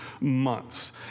months